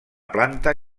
planta